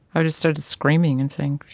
i just started screaming and saying,